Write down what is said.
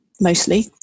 mostly